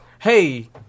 hey